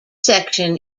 section